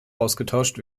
ausgetauscht